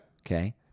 okay